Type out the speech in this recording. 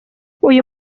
uyu